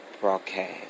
Broadcast